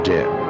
Dead